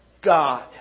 God